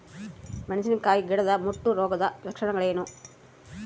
ಮೆಣಸಿನಕಾಯಿ ಗಿಡದ ಮುಟ್ಟು ರೋಗದ ಲಕ್ಷಣಗಳೇನು?